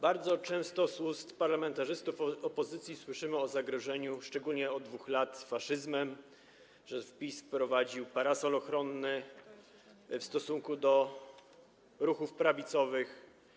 Bardzo często z ust parlamentarzystów opozycji słyszymy o zagrożeniu, szczególnie od 2 lat, faszyzmem, o tym, że PiS wprowadził parasol ochronny w stosunku do ruchów prawicowych.